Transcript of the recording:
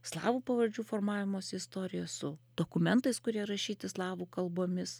slavų pavardžių formavimosi istorija su dokumentais kurie rašyti slavų kalbomis